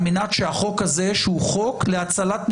על מנת שהחוק הזה, שהוא חוק להצלת נפשות,